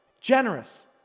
generous